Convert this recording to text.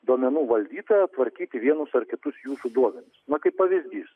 duomenų valdytojo tvarkyti vienus ar kitus jūsų duomenis na kaip pavyzdys